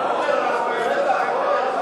העם אתך.